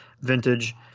vintage